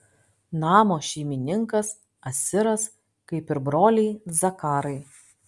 namo šeimininkas asiras kaip ir broliai zakarai